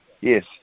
yes